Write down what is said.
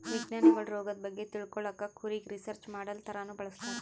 ವಿಜ್ಞಾನಿಗೊಳ್ ರೋಗದ್ ಬಗ್ಗೆ ತಿಳ್ಕೊಳಕ್ಕ್ ಕುರಿಗ್ ರಿಸರ್ಚ್ ಮಾಡಲ್ ಥರಾನೂ ಬಳಸ್ತಾರ್